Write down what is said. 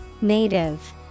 native